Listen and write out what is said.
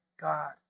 God